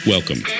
Welcome